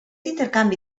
intercanvi